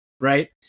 right